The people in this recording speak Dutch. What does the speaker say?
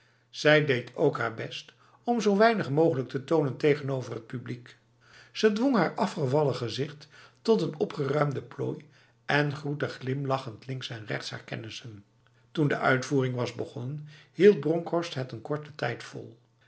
zij deed ook haar best om zo weinig mogelijk te tonen tegenover het publiek ze dwong haar afgevallen gezicht tot een opgeruimde plooi en groette glimlachend links en rechts haar kennissen toen de uitvoering was begonnen hield bronkhorst het een korte tijd vol